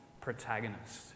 protagonists